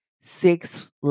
six